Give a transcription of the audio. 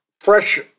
fresh